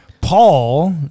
Paul